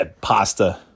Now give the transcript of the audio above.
pasta